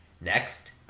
Next